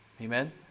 Amen